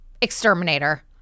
Exterminator